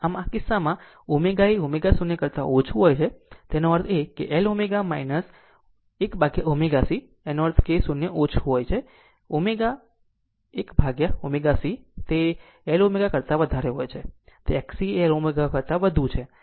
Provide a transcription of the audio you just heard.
આમ તેમાં આમ જ આ કિસ્સામાં જો ω એ ω0 કરતા ઓછું હોય એનો અર્થ એ કે તે L ω ω 1ω C એ 0 કરતા ઓછું છે જે ω 1 1ω C એ L ω કરતા વધારે છે તે એ XC એ L ω કરતા વધુ છે